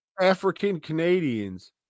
African-Canadians